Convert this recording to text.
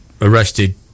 arrested